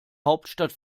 hauptstadt